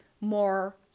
more